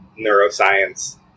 neuroscience